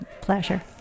pleasure